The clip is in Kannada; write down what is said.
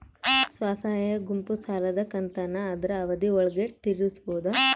ಸ್ವಸಹಾಯ ಗುಂಪು ಸಾಲದ ಕಂತನ್ನ ಆದ್ರ ಅವಧಿ ಒಳ್ಗಡೆ ತೇರಿಸಬೋದ?